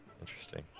Interesting